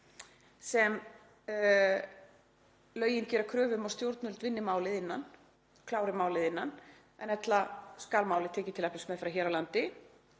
sem lögin gera kröfu um að stjórnvöld vinni málið innan, klári málið innan, ella skal málið tekið til efnismeðferðar hér á landi,